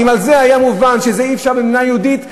ואם היה מובן שאת זה אי-אפשר למנוע במדינה יהודית,